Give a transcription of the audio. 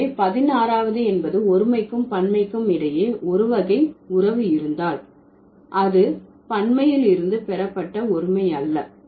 எனவே 16வது என்பது ஒருமைக்கும் பன்மைக்கும் இடையே ஒருவகை உறவு இருந்தால் அது பன்மையில் இருந்து பெறப்பட்ட ஒருமை அல்ல